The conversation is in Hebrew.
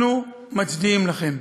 אנחנו מצדיעים לכן.